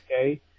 Okay